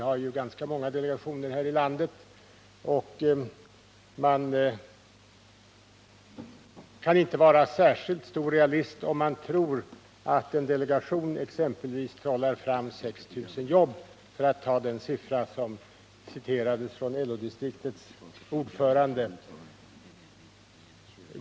Det finns många delegationer här i landet, och man är inte särskilt stor realist om man tror att en delegation exempelvis trollar fram 6 000 jobb, för att ta en siffra som har nämnts av LO-distriktets ordförande.